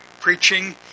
preaching